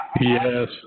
Yes